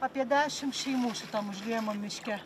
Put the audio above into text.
apie dešimt šeimų šitam užliejamam miške